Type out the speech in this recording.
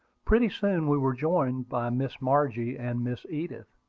pretty soon we were joined by miss margie and miss edith,